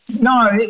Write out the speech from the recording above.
No